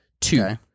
Two